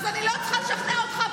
אני לא צריכה לשכנע אותך.